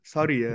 Sorry